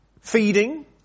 feeding